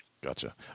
Gotcha